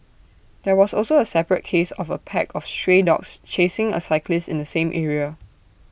there was also A separate case of A pack of stray dogs chasing A cyclist in the same area